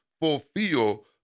fulfill